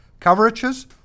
Coverages